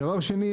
דבר שני.